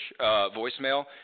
voicemail